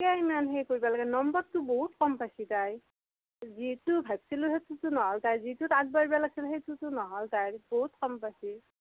কিয় ইমান সেই কৰিব লাগেই নম্বৰটো বহুত ক'ম পাইছে তাই যিটো ভাবিছিলোঁ সেতোটো নহ'ল তাইৰ যিটোত আগবাঢ়িব লাগিছিল সেটোতো নহ'ল তাইৰ বহুত ক'ম পাইছে